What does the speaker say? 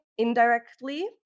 indirectly